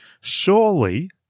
Surely